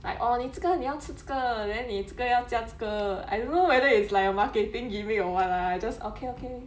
like orh 你这个你要吃这个 then 你这个要加这个 I don't know whether it's like a marketing gimmick or what lah I just okay okay